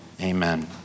Amen